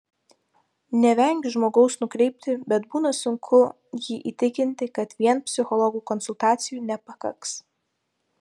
nevengiu žmogaus nukreipti bet būna sunku jį įtikinti kad vien psichologų konsultacijų nepakaks